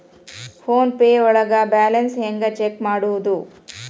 Phone pay ಒಳಗ balance ಹೆಂಗ್ check ಮಾಡುವುದು?